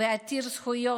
ועתיר הזכויות,